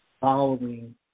following